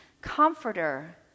comforter